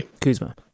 Kuzma